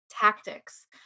tactics